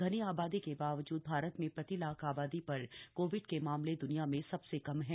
घनी आबादी के बावजूद भारत में प्रति लाख आबादी पर कोविड के मामले दुनिया में सबसे कम है